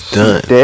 done